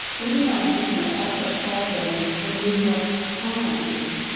they did not mention that act up called them the new york crimes,